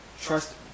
trust